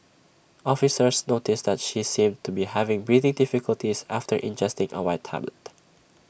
officers noticed that she seemed to be having breathing difficulties after ingesting A white tablet